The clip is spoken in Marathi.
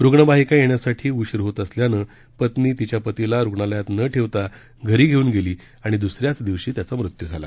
रुग्णवाहिका येण्यासाठी उशीर होत असल्यानं पत्नी तिच्या पतीला रुग्णालयात न ठेवता धरी घेऊन गेली आणि द्सऱ्याचं दिवशी त्याचा मृत्यू झाला